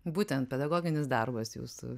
būtent pedagoginis darbas jūsų